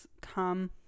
come